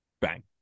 Bang